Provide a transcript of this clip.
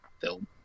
film